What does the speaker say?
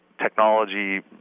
technology